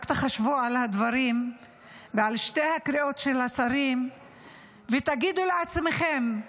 רק תחשבו על הדברים ועל שתי הקריאות של השרים ותגידו לעצמכם: